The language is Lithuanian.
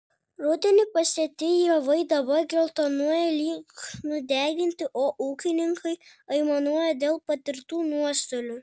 rudenį pasėti javai dabar geltonuoja lyg nudeginti o ūkininkai aimanuoja dėl patirtų nuostolių